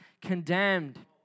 condemned